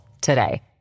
today